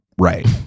Right